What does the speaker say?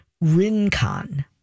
rincon